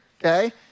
okay